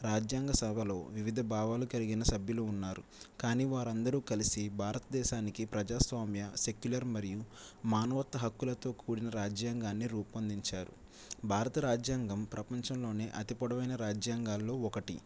రాజ్యాంగ సభలో వివిధ భావాలు కలిగిన సభ్యులు ఉన్నారు కానీ వారందరూ కలిసి భారతదేశానికి ప్రజాస్వామ్య సెక్యులర్ మరియు మానవత హక్కులతో కూడిన రాజ్యాంగాన్ని రూపొందించారు భారత రాజ్యాంగం ప్రపంచంలోని అతి పొడవైన రాజ్యాంగాల్లో ఒకటి